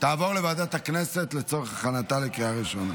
תעבור לוועדת הכנסת לצורך הכנתה לקריאה ראשונה.